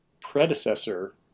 predecessor